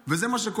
וזה מה שקורה.